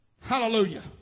Hallelujah